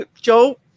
Joe